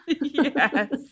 yes